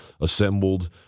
assembled